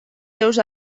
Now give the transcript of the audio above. seus